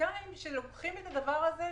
פוליטיקאים שלוקחים את הדבר הזה.